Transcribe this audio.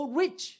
rich